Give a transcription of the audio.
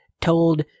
told